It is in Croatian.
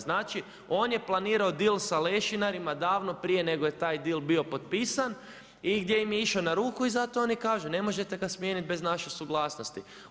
Znači on je planirao deal sa lešinarima, davno prije nego je taj deal bio potpisan i gdje im je išao na ruku i zato oni kažu, ne možete ga smijeniti bez naše suglasnosti.